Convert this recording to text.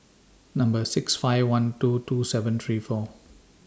Number six five one two two seven three four